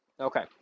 Okay